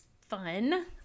fun